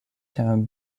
town